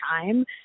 time